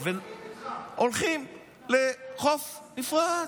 הולכות לחוף נפרד.